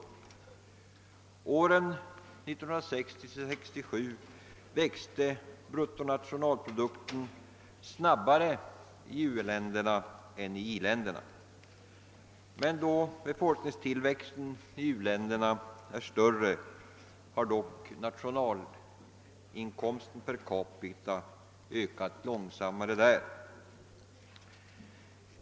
Under åren 1960—1967 växte bruttonationalprodukten snabbare i u-länderna än i i-länderna. Men då befolkningstillväxten i u-länderna är större har nationalinkomsten per capita ökat långsammare där.